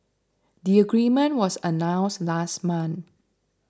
the agreement was announced last month